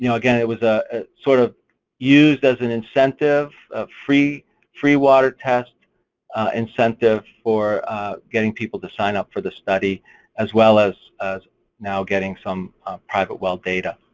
you know again, it was ah sort of used as an incentive, a free free water test incentive for getting people to sign up for the study as well as as now getting some private well data.